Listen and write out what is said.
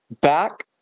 Back